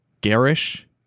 garish